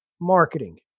marketing